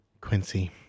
Quincy